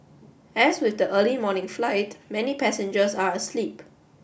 as with the early morning flight many passengers are asleep